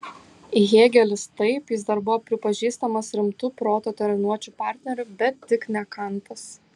hėgelis taip jis dar buvo pripažįstamas rimtu proto treniruočių partneriu bet tik ne kantas